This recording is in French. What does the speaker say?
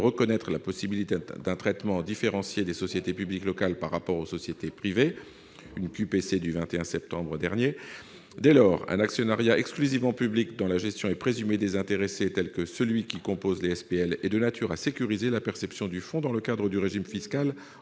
reconnaître la possibilité d'un traitement différencié des sociétés publiques locales par rapport aux sociétés privées, dans une question prioritaire de constitutionnalité du 21 septembre dernier. Dès lors, un actionnariat exclusivement public, dont la gestion est présumée désintéressée, tel que celui qui compose les SPL, est de nature à sécuriser la perception de fonds dans le cadre du régime fiscal